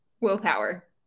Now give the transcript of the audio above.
willpower